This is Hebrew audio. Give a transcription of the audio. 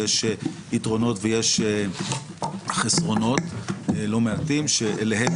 יש יתרונות ויש חסרונות לא מעטים שאליהם